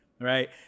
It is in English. right